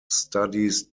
studies